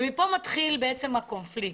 ומפה מתחיל הקונפליקט,